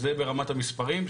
זה ברמת המספרים.